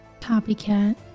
Copycat